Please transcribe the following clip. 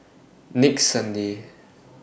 next Sunday